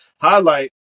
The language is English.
highlight